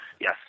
Yes